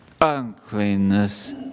uncleanness